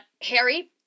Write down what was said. Harry